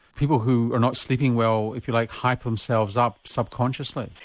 people who are not sleeping well if you like hype themselves up subconsciously?